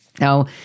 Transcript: Now